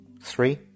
Three